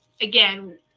again